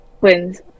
wins